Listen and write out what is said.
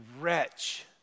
wretch